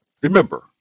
Remember